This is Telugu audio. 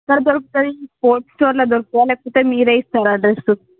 ఎక్కడ దొరుకుతుంది స్పోర్ట్స్ స్టోర్ లో దొరుకుతుందా లేకపోతే మీరే ఇస్తారా ఆ డ్రెస్